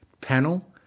panel